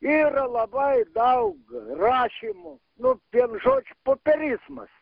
yra labai daug rašymo nu vienu žodžiu popierizmas